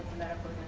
never